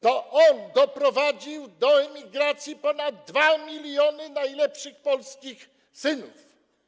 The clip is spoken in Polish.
To on doprowadził do emigracji ponad 2 mln najlepszych polskich synów.